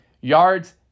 yards